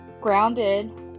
grounded